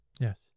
Yes